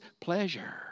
pleasure